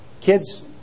Kids